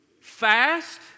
Fast